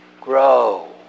grow